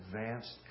advanced